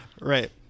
Right